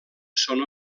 són